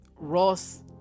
Ross